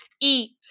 Eat